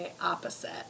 opposite